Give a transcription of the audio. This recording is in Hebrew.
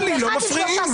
טלי, לא מפריעים.